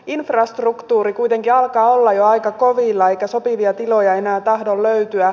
infrastruktuuri kuitenkin alkaa olla jo aika kovilla eikä sopivia tiloja enää tahdo löytyä